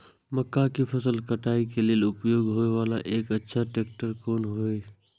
मक्का के फसल काटय के लिए उपयोग होय वाला एक अच्छा ट्रैक्टर कोन हय?